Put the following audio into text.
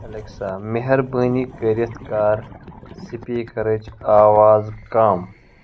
Alexa مہربٲنی کٔرِتھ کر سپیکرٕچ آواز کم